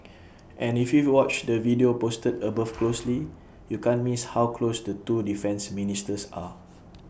and if you watch the video posted above closely you can't miss how close the two defence ministers are